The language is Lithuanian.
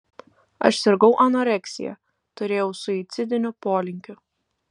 aš sirgau anoreksija turėjau suicidinių polinkių